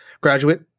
graduate